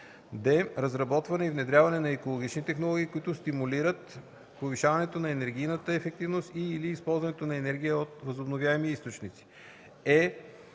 д) разработване и внедряване на екологични технологии, които стимулират повишаването на енергийната ефективност и/или използването на енергия от възобновяеми източници;